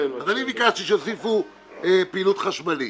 ביקשתי שיוסיפו "פעילות חשמלית"